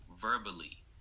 verbally